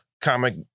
comic